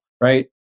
right